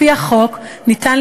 לפי החוק אפשר